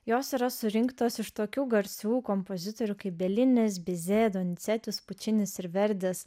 jos yra surinktos iš tokių garsių kompozitorių kaip bielinis bizė doncetis pučinis ir verdis